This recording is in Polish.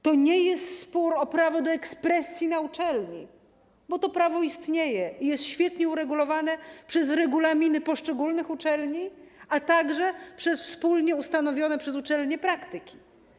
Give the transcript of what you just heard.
To nie jest spór o prawo do ekspresji na uczelni, bo to prawo istnieje i jest świetnie uregulowane przez regulaminy poszczególnych uczelni, a także przez wspólnie ustanowione przez uczelnie praktyki.